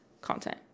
Content